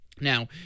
Now